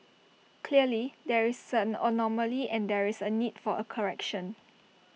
clearly there is an anomaly and there is A need for A correction